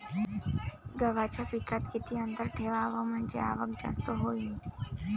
गव्हाच्या पिकात किती अंतर ठेवाव म्हनजे आवक जास्त होईन?